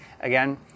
again